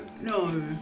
No